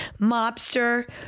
mobster